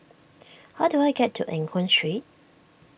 how do I get to Eng Hoon Street